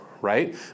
right